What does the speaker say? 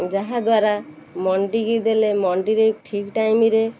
ଯାହାଦ୍ୱାରା ମଣ୍ଡିକି ଦେଲେ ମଣ୍ଡିରେ ଠିକ୍ ଟାଇମ୍ର